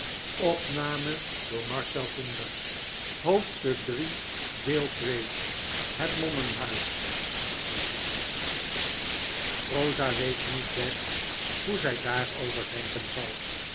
en rosalief rosa weet niet best hoe zy daarover denken zal